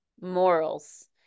morals